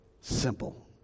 Simple